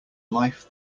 life